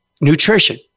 nutrition